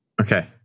Okay